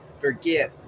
forget